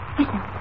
Listen